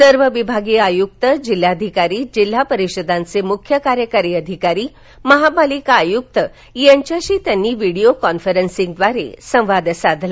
सर्व विभागीय आयुक जिल्हाधिकारी जिल्हा परिषदांचे मुख्य कार्यकारी अधिकारी महापालिका आयुक्त यांच्याशी त्यांनी व्हीडिओ कॉन्फरन्सिंगद्वारे संवाद साधला